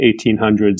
1800s